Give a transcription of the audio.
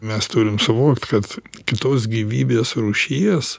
mes turim suvokt kad kitos gyvybės rūšies